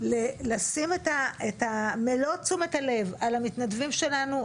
לשים את מלוא תשומת הלב על המתנדבים שלנו,